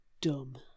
dumb